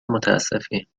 متاسفیم